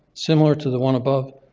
similar to the one above,